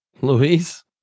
Luis